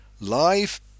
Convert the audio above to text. live